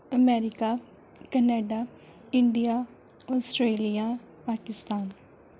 America Canada India Australia Pakistan